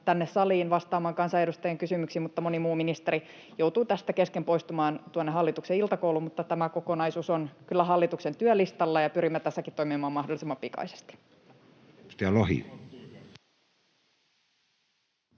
tänne saliin vastaamaan kansanedustajien kysymyksiin, mutta moni muu ministeri joutuu tästä kesken poistumaan tuonne hallituksen iltakouluun, mutta tämä kokonaisuus on kyllä hallituksen työlistalla, ja pyrimme tässäkin toimimaan mahdollisimman pikaisesti.